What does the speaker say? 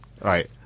Right